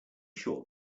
sure